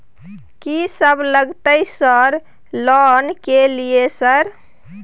कि सब लगतै सर लोन ले के लिए सर?